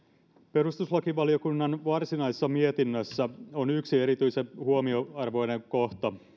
perustuslakivaliokunnan varsinaisessa mietinnössä on yksi erityisen huomionarvoinen kohta